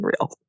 real